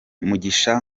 mugisha